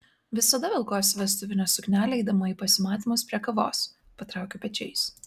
visada velkuosi vestuvinę suknelę eidama į pasimatymus prie kavos patraukiu pečiais